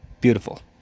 Beautiful